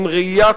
עם ראייה כוללת,